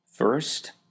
First